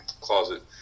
closet